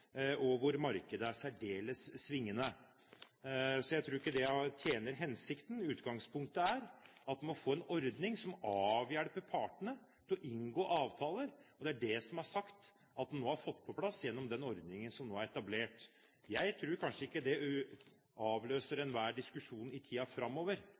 og hvor markedet er særdeles svingende. Jeg tror ikke det tjener hensikten. Utgangspunktet er at man må få en ordning som avhjelper partene med hensyn til å inngå avtaler, og det er det man har sagt at man har fått på plass gjennom den ordningen som nå er etablert. Jeg tror kanskje ikke det avfeier enhver diskusjon i tiden framover,